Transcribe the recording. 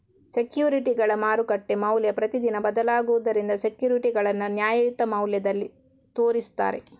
ಸೆಕ್ಯೂರಿಟಿಗಳ ಮಾರುಕಟ್ಟೆ ಮೌಲ್ಯ ಪ್ರತಿದಿನ ಬದಲಾಗುದರಿಂದ ಸೆಕ್ಯೂರಿಟಿಗಳನ್ನ ನ್ಯಾಯಯುತ ಮೌಲ್ಯದಲ್ಲಿ ತೋರಿಸ್ತಾರೆ